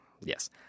yes